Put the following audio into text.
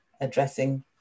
addressing